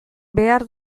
behar